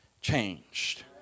changed